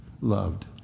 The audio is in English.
loved